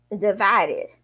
divided